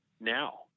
now